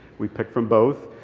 we picked from both.